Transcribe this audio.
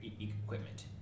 equipment